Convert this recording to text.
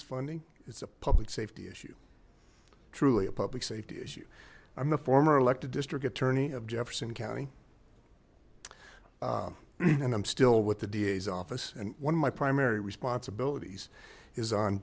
this funding it's a public safety issue truly a public safety issue i'm a former elected district attorney of jefferson county and i'm still with the d a s office and one of my primary responsibilities is on